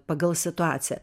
pagal situaciją